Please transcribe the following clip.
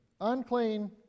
unclean